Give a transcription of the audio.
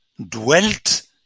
dwelt